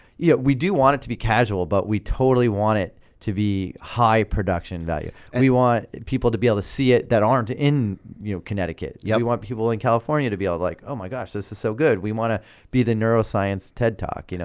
yeah we do want it to be casual, but we totally want it to be high production value. and we want people to be able to see it that aren't in you know connecticut. yeah we want people in california to be like, oh my gosh. this is so good. we wanna ah be the neuroscience ted talk, you know